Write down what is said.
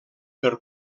per